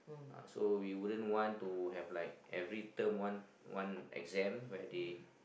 uh so we wouldn't want to have like every term one one exam where they